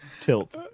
tilt